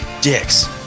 Dicks